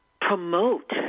promote